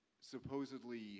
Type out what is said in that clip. supposedly